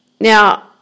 Now